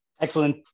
Excellent